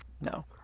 No